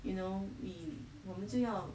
you know we 我们就要